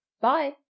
Bye